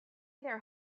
their